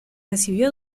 recibió